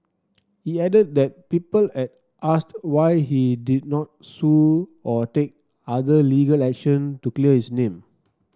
he added that people had asked why he did not sue or take other legal action to clear his name